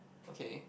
okay